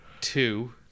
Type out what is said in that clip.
two